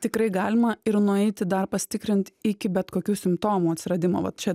tikrai galima ir nueiti dar pasitikrint iki bet kokių simptomų atsiradimo va čia